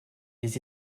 des